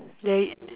the